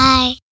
Bye